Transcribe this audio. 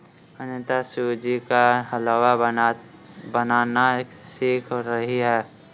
अनीता सूजी का हलवा बनाना सीख रही है